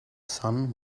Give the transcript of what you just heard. son